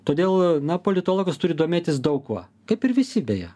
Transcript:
todėl na politologas turi domėtis daug kuo kaip ir visi beje